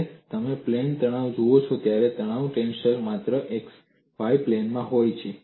જ્યારે તમે પ્લેન તણાવ જુઓ છો ત્યારે તણાવ ટેન્સર માત્ર xy પ્લેનમાં હોય છે